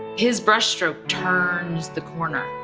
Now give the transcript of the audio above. his brush stroke turns the corner,